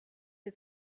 his